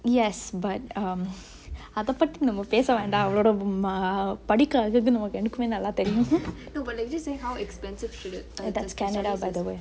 yes but um அத பத்தி நம்ம பேச வேண்டா அவளோட:athe pathi namme pese vendaa avalode um uh படிப்பு அது இது நம்ம ரெண்டுக்குமெ நல்லா தெரியு:padippu athu ithu namme rendukume nalla teriyu that's canada by the way